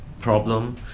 problem